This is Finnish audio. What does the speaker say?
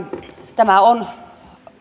tämä on